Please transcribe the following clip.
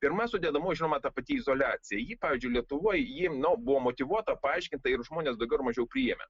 pirma sudedamoji žinoma ta pati izoliacija ji pavyzdžiui lietuvoj ji nu buvo motyvuota paaiškinta ir žmonės daugiau ar mažiau priėmė